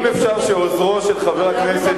אם אפשר שעוזרו לשעבר של חבר הכנסת